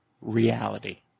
reality